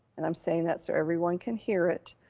and i'm saying that so everyone can hear it